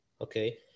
okay